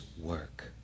work